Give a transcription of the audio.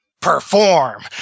Perform